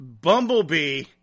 Bumblebee